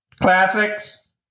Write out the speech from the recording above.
Classics